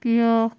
بیٛاکھ